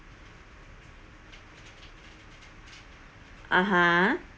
(uh huh)